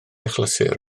achlysur